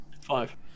Five